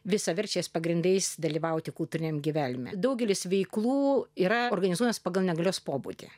visaverčiais pagrindais dalyvauti kultūriniame gyvenime daugelis veiklų yra organizuos pagal negalios pobūdį